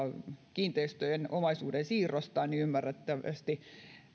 kiinteistöjen omaisuuden siirrosta kyse niin ymmärrettävästi